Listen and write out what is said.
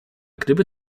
gdyby